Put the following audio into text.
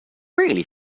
really